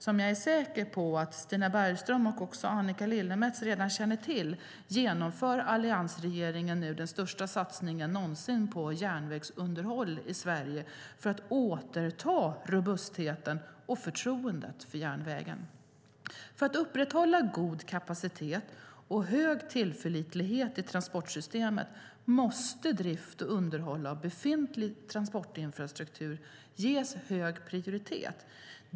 Som jag är säker på att Stina Bergström, och Annika Lillemets, redan känner till genomför alliansregeringen nu den största satsningen någonsin på järnvägsunderhåll i Sverige för att återta robustheten i och förtroendet för järnvägen. För att upprätthålla god kapacitet och hög tillförlitlighet i transportsystemet måste drift och underhåll av befintlig transportinfrastruktur ges hög prioritet.